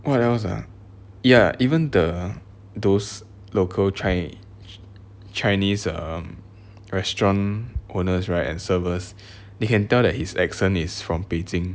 what else ah ya even the those local chi~ chinese um restaurant owner's right and servers they can tell that his accent is from beijing